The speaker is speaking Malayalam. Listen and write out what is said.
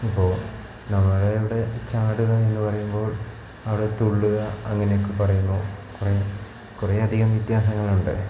ഇപ്പോൾ നമ്മൾ അവിടെ ചാടുക എന്ന് പറയുമ്പോൾ അവിടെ തുള്ളുക അങ്ങനെ ഒക്കെ പറയുന്നു കുറെ കുറെ അധികം വ്യത്യാസങ്ങളുണ്ട്